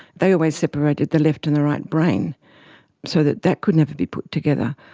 they always separated the left and the right brain so that that could never be put together.